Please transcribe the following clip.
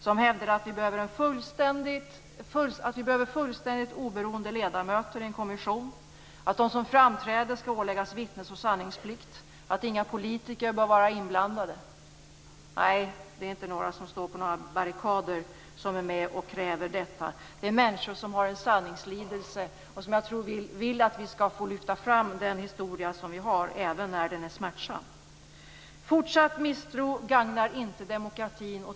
Han hävdar att vi behöver fullständigt oberoende ledamöter i en kommission, att de som framträder skall åläggas vittnes och sanningsplikt och att inga politiker bör vara inblandade. Nej, det är inte folk som står på några barrikader som är med och kräver detta. Det handlar om människor som har en sanningslidelse och som jag tror vill att vi skall få lyfta fram vår historia även när den är smärtsam. Fortsatt misstro gagnar inte demokratin.